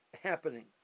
happening